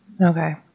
Okay